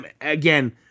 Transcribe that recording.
again